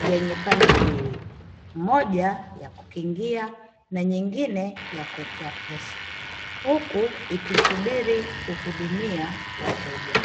yenye pande mbili; moja ya kukingia na nyingine ya kuwekea pesa, huku ikisubiri kuhudumia wateja.